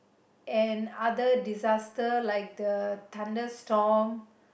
and other disaster like the thunderstorm